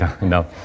no